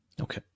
Okay